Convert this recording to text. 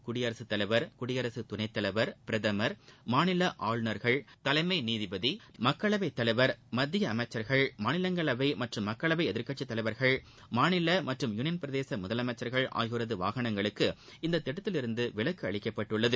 குடியரகத்தலைவர் குடியரகத் துணைத் தலைவர் பிரதமர் மாநில ஆளுநர்கள் தலைமை நீதிபதி மக்களவைத் தலைவர் மத்திய அமைச்சர்கள் மாநிலங்களவை மற்றும் மக்களவை எதிர்க்கட்சித் தலைவர்கள் மாநில மற்றும் வாகனங்களுக்கு முதலமைச்சா்கள் யூனியன் பிரதேச இத்திட்டத்திலிருந்து விலக்கு அளிக்கப்பட்டுள்ளது